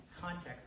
context